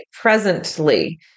presently